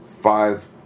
five